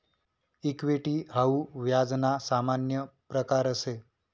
equity हाऊ व्याज ना सामान्य प्रकारसे